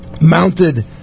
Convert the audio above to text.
mounted